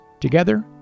Together